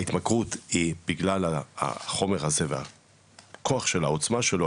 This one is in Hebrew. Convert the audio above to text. ההתמכרות היא בגלל החומר הזה והכוח של העוצמה שלו,